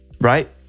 Right